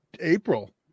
April